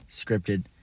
scripted